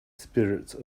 spirits